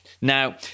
Now